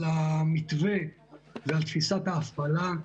על המתווה ועל תפיסת ההפעלה.